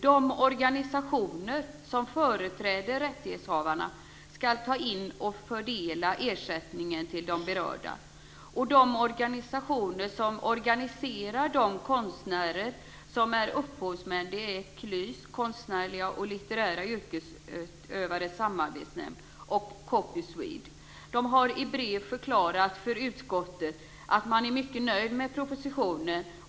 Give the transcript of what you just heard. De organisationer som företräder rättighetshavarna skall ta in och fördela ersättningen till de berörda. De organisationer som organiserar de konstnärer som är upphovsmän är KLYS, Konstnärliga och Litterära Man har i brev förklarat för utskottet att man är mycket nöjd med propositionen.